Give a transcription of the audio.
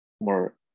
more